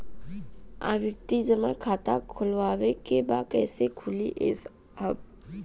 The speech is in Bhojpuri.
आवर्ती जमा खाता खोलवावे के बा कईसे खुली ए साहब?